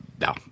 no